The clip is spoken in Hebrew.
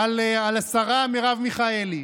שאמר לרבי חנינא,